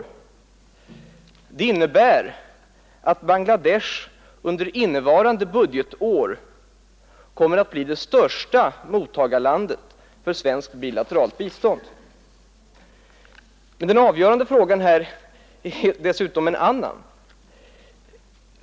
Det innebär att Bangladesh under innevarande budgetår kommer att bli den största mottagaren av svenskt bilateralt bistånd. Men den avgörande frågan är dessutom en annan.